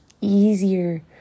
easier